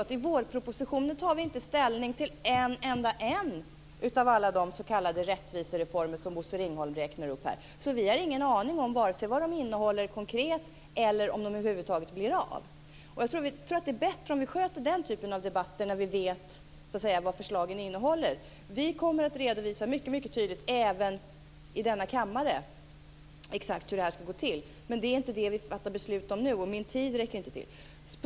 I vårpropositionen tar vi ju inte ställning till en enda av alla de s.k. rättvisereformer som Bosse Ringholm här räknar upp. Därför har vi ingen aning vare sig om vad de konkret innehåller eller om de över huvud taget blir av. Det är nog bättre att sköta den typen av debatter när vi vet vad förslagen innehåller. Vi kommer, även i denna kammare, att mycket tydligt redovisa exakt hur det här ska gå till men det är inte det som vi nu fattar beslut om. Dessutom räcker inte min talartid till för det.